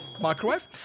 microwave